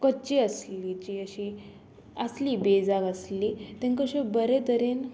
कच्ची आसली जी अशी आसली बेजाक आसली तेंका अशें बरें तरेन